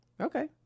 okay